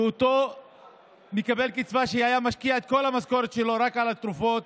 של אותו מקבל קצבה שהיה משקיע את כל המשכורת שלו רק בתרופות,